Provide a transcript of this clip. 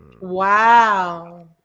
wow